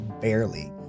barely